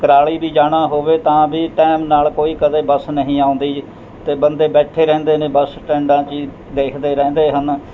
ਕਰਾਲੀ ਵੀ ਜਾਣਾ ਹੋਵੇ ਤਾਂ ਵੀ ਟੈਮ ਨਾਲ ਕੋਈ ਕਦੇ ਬੱਸ ਨਹੀਂ ਆਉਂਦੀ ਜੀ ਅਤੇ ਬੰਦੇ ਬੈਠੇ ਰਹਿੰਦੇ ਹਨ ਬੱਸ ਸਟੈਂਡਾਂ 'ਚ ਦੇਖਦੇ ਰਹਿੰਦੇ ਹਨ